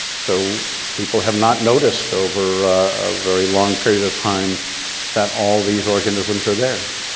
so people have not noticed over a very long period of time that all these organisms are there.